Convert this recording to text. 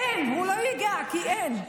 אין, הוא לא ייגע כי אין.